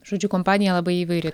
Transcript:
žodžiu kompanija labai įvairi